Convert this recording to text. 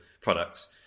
products